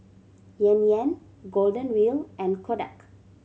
Yan Yan Golden Wheel and Kodak